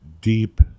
deep